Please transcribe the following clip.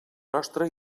nostra